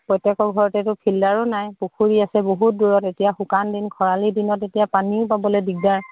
প্ৰত্যেকৰ ঘৰতেটো ফিল্টাৰো নাই পুখুৰী আছে বহুত দূৰত এতিয়া শুকান দিন খৰালি দিনত এতিয়া পানীও পাবলে দিগদাৰ